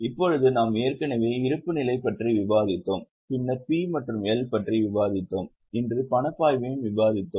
இப்போது நாம் ஏற்கனவே இருப்புநிலை பற்றி விவாதித்தோம் பின்னர் P மற்றும் L பற்றி விவாதித்தோம் இன்று பணப்பாய்வையும் விவாதித்தோம்